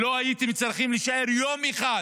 לא הייתם צריכים להישאר יום אחד